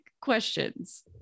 questions